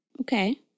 Okay